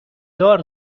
دار